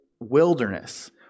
wilderness